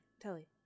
Telly